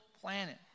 planet